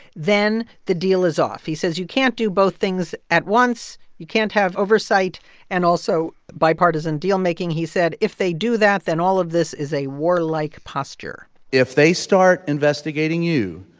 then the deal is off. he says, you can't do both things at once. you can't have oversight and also bipartisan deal making. he said, if they do that then all of this is a warlike posture if they start investigating you,